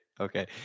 okay